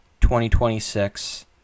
2026